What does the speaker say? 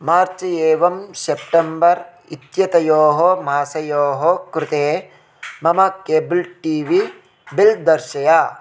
मार्च् एवं सेप्टेम्बर् इत्येतयोः मासयोः कृते मम केबल् टी वी बिल् दर्शय